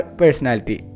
personality